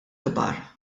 kbar